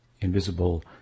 invisible